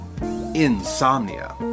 Insomnia